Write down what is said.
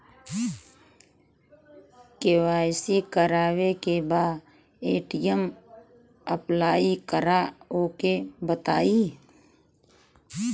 KYC करावे के बा ए.टी.एम अप्लाई करा ओके बताई?